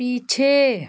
पीछे